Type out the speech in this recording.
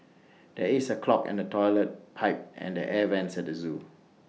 there is A clog in the Toilet Pipe and the air Vents at the Zoo